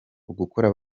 ugukora